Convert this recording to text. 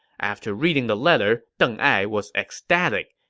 after reading the letter, deng ai was ecstatic.